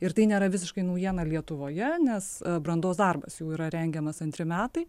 ir tai nėra visiškai naujiena lietuvoje nes brandos darbas jau yra rengiamas antri metai